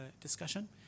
discussion